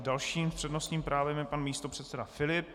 Dalším s přednostním právem je pan místopředseda Filip.